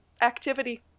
activity